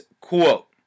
quote